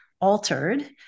altered